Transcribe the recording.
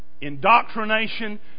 indoctrination